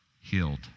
healed